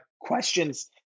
questions